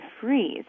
freeze